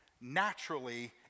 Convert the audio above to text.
naturally